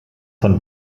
von